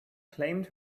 claimed